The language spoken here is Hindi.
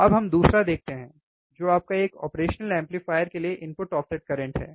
अब हम दूसरा देखते हैं जो आपका एक ऑपरेशनल एम्पलीफायर के लिए इनपुट ऑफसेट करंट है